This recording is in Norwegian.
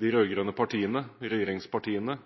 de rød-grønne partiene – regjeringspartiene